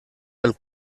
pel